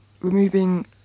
removing